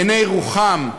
בעיני רוחם,